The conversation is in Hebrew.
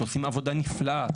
שעושים עבודה נפלאה,